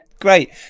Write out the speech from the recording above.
Great